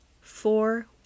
Four